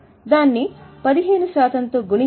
50000 ను 15 శాతం తో గుణిస్తే రూ